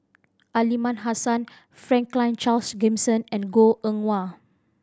Aliman Hassan Franklin Charles Gimson and Goh Eng Wah